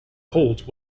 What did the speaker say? holt